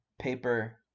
paper